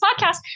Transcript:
podcast